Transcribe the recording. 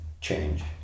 change